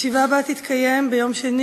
בסדר.